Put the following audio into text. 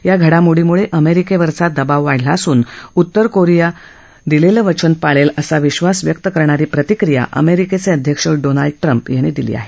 या घडामोडीमुळं अमेरिकेवरचा दबाव वाढला असून उत्तर कोरिया दिलेलं वचन पाळेल असा विश्वास व्यक्त करणारी प्रतिक्रिया अमेरिकेचे अध्यक्ष डोनाल्ड ट्रम्प यांनी दिली आहे